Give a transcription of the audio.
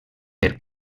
per